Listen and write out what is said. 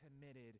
committed